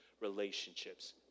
relationships